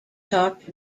talked